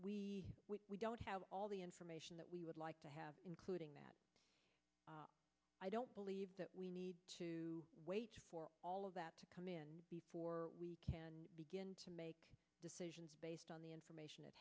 information we don't have all the information that we would like to have including that i don't believe that we need to wait for all of that to come in before we begin to make decisions based on the information at